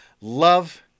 Love